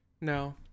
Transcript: no